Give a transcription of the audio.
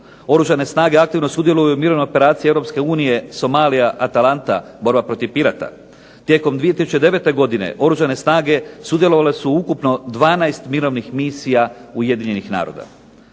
Oružane snage aktivno sudjeluju u mirovnoj operaciji Europske unije Somalija Atalanta, borba protiv pirata. Tijekom 2009. godine Oružane snage sudjelovale su u ukupno 12 mirovnih misija Ujedinjenih naroda.